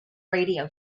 radio